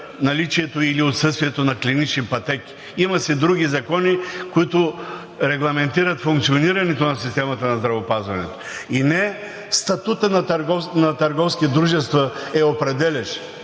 наличието или отсъствието на клинични пътеки. Има си други закони, регламентиращи функционирането на системата на здравеопазването. И не статутът на търговски дружества е определящ.